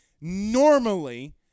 normally